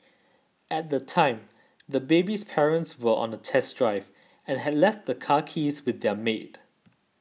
at the time the baby's parents were on a test drive and had left the car keys with their maid